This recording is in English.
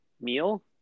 meal